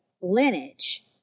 lineage